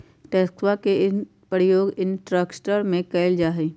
टैक्सवा के प्रयोग इंफ्रास्ट्रक्टर में कइल जाहई